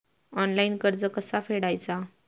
Online कर्ज कसा फेडायचा?